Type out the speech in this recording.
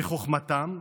בחוכמתם,